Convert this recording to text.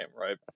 right